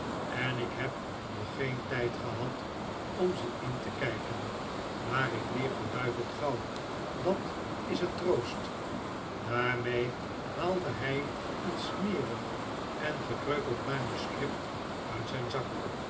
en ik heb nog geen tijd gehad om ze in te kijken maar ik leer verduiveld gauw dat is een troost daarmee haalde hij een smerig en gekreukeld manuscript uit zijn zak